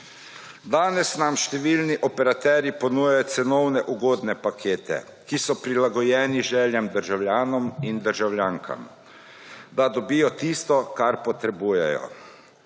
Danes nam številni operaterji ponujajo cenovno ugodne pakete, ki so prilagojeni željam državljanov in državljankam, da dobijo tisto, kar potrebujejo.